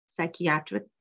psychiatric